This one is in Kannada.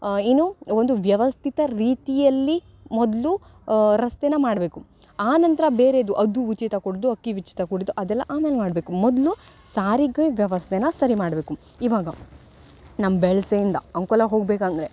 ಏನು ಒಂದು ವ್ಯವಸ್ಥಿತ ರೀತಿಯಲ್ಲಿ ಮೊದಲು ರಸ್ತೆನ ಮಾಡಬೇಕು ಆನಂತರ ಬೇರೆಯದು ಅದು ಉಚಿತ ಕೊಡೋದು ಅಕ್ಕಿ ಉಚಿತ ಕೊಡೋದ್ ಅದೆಲ್ಲ ಆಮೇಲೆ ಮಾಡಬೇಕು ಮೊದಲು ಸಾರಿಗೆ ವ್ಯವಸ್ಥೆನ ಸರಿ ಮಾಡಬೇಕು ಇವಾಗ ನಮ್ಮ ಬೆಳಸೆಯಿಂದ ಅಂಕೋಲ ಹೋಗ್ಬೇಕು ಅಂದರೆ